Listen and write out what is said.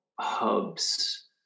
hubs